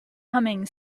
humming